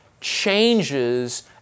changes